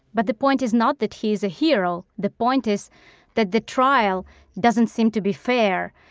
but the point is not that he is a hero. the point is that the trial doesn't seem to be fair,